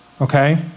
Okay